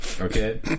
okay